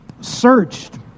searched